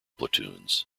platoons